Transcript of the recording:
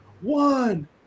One